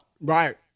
Right